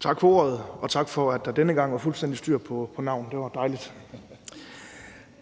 Tak for ordet, og tak for, at der denne gang var fuldstændig styr på navnet. Det var dejligt.